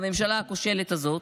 בממשלה הכושלת הזאת,